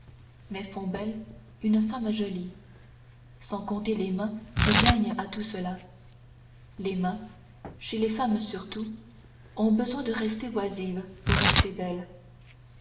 mais font belle une femme jolie sans compter les mains qui gagnent à tout cela les mains chez les femmes surtout ont besoin de rester oisives pour rester belles